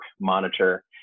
monitor